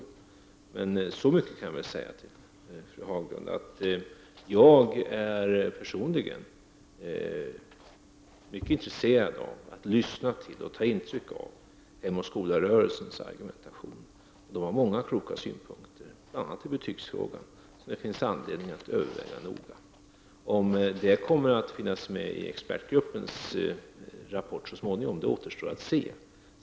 Jag kan säga så mycket som att jag personligen är mycket intresserad av att lyssna till och ta intryck av Hem och skola-rörelsens argumentation. Den har många kloka synpunkter, bl.a. i betygsfrågan, som det finns anledning att överväga noga. Om de synpunkterna kommer att finnas med i expertgruppens rapport så småningom återstår att se.